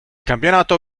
campionato